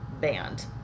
band